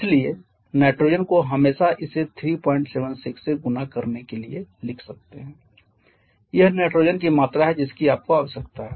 इसलिए नाइट्रोजन को हमेशा इसे 376 से गुणा करने के लिए लिख सकते हैं यह नाइट्रोजन की मात्रा है जिसकी आपको आवश्यकता है